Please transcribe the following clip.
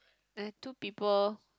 eh two people